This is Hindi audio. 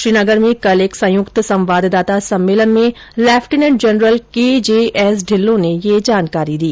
श्रीनगर में कल एक संयुक्त संवाददाता सम्मेलन में lieutenant general K J S Dhillon ने यह जानकारी दी